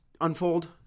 unfold